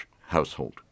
household